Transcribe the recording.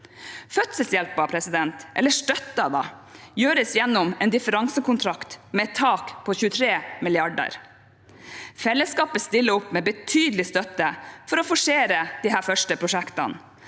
Fødselshjelp eller støtte gjøres gjennom en differansekontrakt med tak på 23 mrd. kr. Fellesskapet stiller opp med betydelig støtte for å forsere disse første prosjektene.